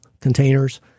containers